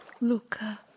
Luca